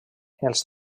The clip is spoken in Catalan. els